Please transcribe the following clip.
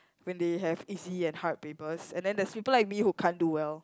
when they have easy and hard papers and then there's people like me who can't do well